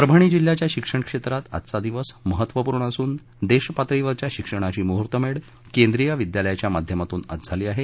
परभणी जिल्ह्याच्या शिक्षण क्षेत्रात आजचा दिवस महत्वपूर्ण असून देशपातळीवरील शिक्षणाची मुहूर्तमेढ केंद्रीय विद्यालयाच्या माध्यमातून आज झाली आहे